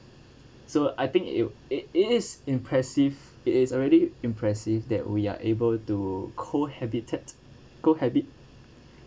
so I think it it is impressive it is already impressive that we are able to cohabitate cohabit